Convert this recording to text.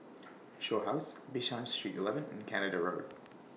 Shaw House Bishan Street eleven and Canada Road